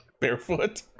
Barefoot